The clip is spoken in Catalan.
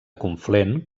conflent